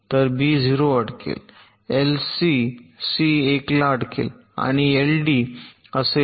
तर बी 0 वर अडकेल एलसी सी 1 ला अडकेल आणि एलडी डी असेल